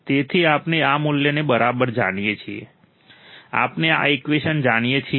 તેથી આપણે આ મૂલ્યને બરાબર જાણીએ છીએ આપણે આ ઈકવેશન જાણીએ છીએ